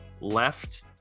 left